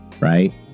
Right